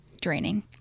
draining